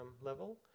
level